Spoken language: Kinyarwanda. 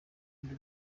undi